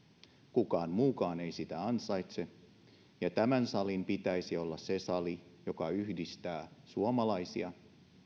kukaan muukaan ei sitä ansaitse ja tämän salin pitäisi olla se sali joka yhdistää suomalaisia